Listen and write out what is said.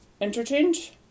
Interchange